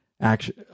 action